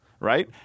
Right